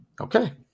Okay